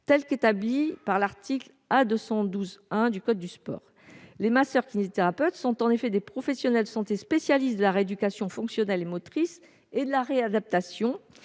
du sport selon l'article A. 212-1 du code du sport. Les masseurs-kinésithérapeutes sont en effet les professionnels de santé spécialistes de la rééducation fonctionnelle et motrice et de la réadaptation.